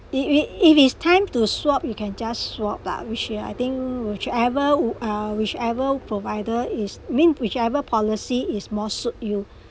if it if is time to swap you can just swap lah which you I think whichever w~ uh whichever provider is mean whichever policy is more suit you